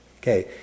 Okay